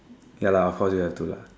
ya lah of course you have to